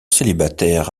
célibataire